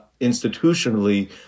institutionally